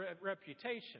reputation